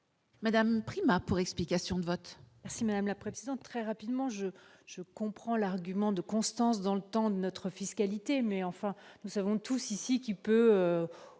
Madame Prima pour explication de vote.